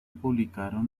publicaron